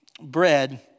bread